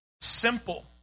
simple